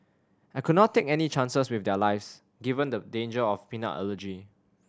I could not take any chances with their lives given the danger of peanut allergy